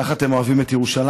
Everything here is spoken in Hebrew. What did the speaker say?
ככה אתם אוהבים את ירושלים?